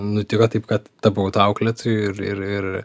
nutiko taip kad tapau tuo auklėtoju ir ir ir